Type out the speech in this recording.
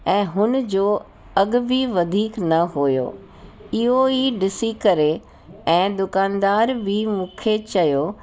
ऐं हुन जो अघु बि वधीएक न हुओ इहो ई ॾिसी करे ऐं दुकानदार बि मूंखे चयो